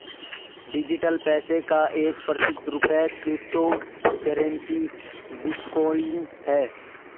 digital पैसे का एक प्रसिद्ध रूप क्रिप्टो करेंसी बिटकॉइन है